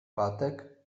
pátek